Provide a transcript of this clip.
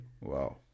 wow